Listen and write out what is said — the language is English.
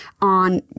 on